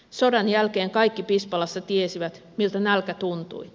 sodan jälkeen kaikki pispalassa tiesivät miltä nälkä tuntui